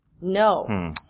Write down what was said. No